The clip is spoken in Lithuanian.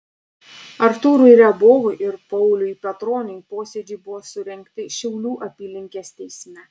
artūrui riabovui ir pauliui petroniui posėdžiai buvo surengti šiaulių apylinkės teisme